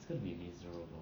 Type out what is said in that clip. it's gonna be miserable